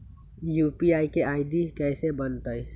UPI के ID कैसे बनतई?